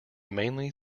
mainly